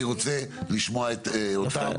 אני רוצה לשמוע אותם.